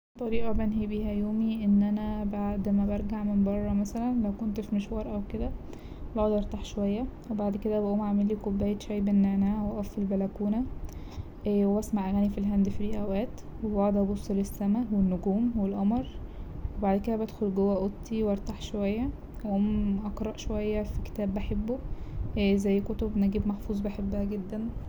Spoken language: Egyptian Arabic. طريقة بنهي بيها يومي إن أنا بعد ما برجع من برا مثلا لو كنت في مشوار أو كده بقعد أرتاح شوية وبعد كده بقوم اعملي كوباية شاي بالنعناع وأقف في البلكونة وأسمع اغاني في الهاند فري أوقات وبقعد أبص للسما والنجوم والقمر وبعد كده بدخل جوا أوضتي وأرتاح شوية وأقوم اقرأ شوية في كتاب بحبه زي كتب نجيب محفوظ بحبها جدا.